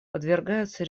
подвергаются